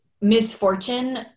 misfortune